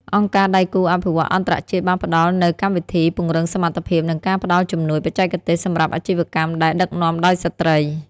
អង្គការដៃគូអភិវឌ្ឍន៍អន្តរជាតិបានផ្ដល់នូវកម្មវិធីពង្រឹងសមត្ថភាព និងការផ្ដល់ជំនួយបច្ចេកទេសសម្រាប់អាជីវកម្មដែលដឹកនាំដោយស្ត្រី។